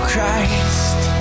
Christ